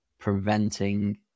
Preventing